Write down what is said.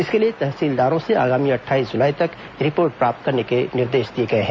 इसके लिए तहसीलदारों से आगामी अट्ठाईस जुलाई तक रिपोर्ट प्राप्त करने के निर्देश दिए गए हैं